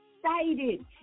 excited